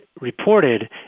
reported